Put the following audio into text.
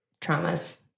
traumas